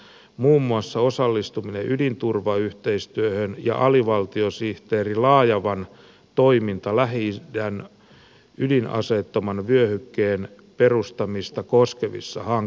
muun muassa osallistuminen ydinturvayhteistyöhön ja alivaltiosihteeri laajavan toiminta lähi idän ydinaseettoman vyöhykkeen perustamista koskevissa hankkeissa